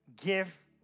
give